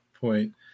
point